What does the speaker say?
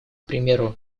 примеру